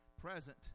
present